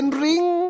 ring